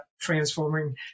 transforming